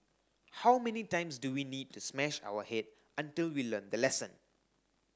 how many times do we need to smash our head until we learn the lesson